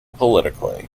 politically